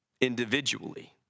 individually